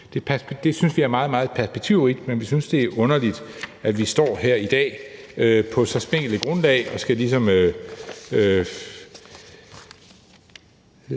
Det synes vi er meget, meget perspektivrigt, men vi synes, det er underligt, at vi står her i dag på så spinkelt et grundlag og ligesom